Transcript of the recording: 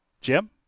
Jim